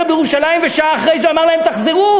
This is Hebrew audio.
בירושלים ושעה אחרי זה הוא אמר להם: תחזרו.